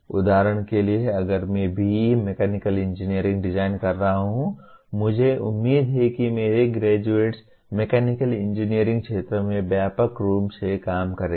उदाहरण के लिए अगर मैं BE मैकेनिकल इंजीनियरिंग डिजाइन कर रहा हूं मुझे उम्मीद है कि मेरे ग्रेजुएट्स मैकेनिकल इंजीनियरिंग क्षेत्र में व्यापक रूप से काम करेंगे